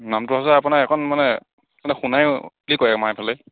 নামটো হৈছে আপোনাৰ এইখন মানে মানে সোণাই বুলি কয় আমাৰ এইফালে